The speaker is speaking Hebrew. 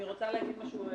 אני רוצה להגיד משהו.